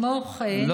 כמו כן,